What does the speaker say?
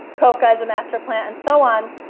coca is a master plant and so on.